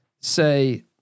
say